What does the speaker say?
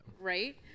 right